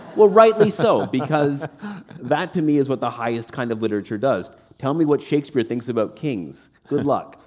well, rightly so because that to me is what the highest kind of literature does. tell me what shakespeare thinks about kings. good luck,